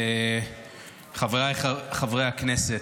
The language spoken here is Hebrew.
חבריי חברי הכנסת,